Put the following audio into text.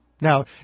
Now